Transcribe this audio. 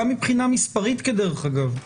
גם מבחינה מספרית דרך אגב,